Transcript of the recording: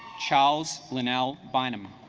charles linnell bynum